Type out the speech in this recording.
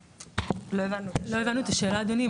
לא הבנו את השאלה אדוני.